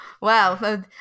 Wow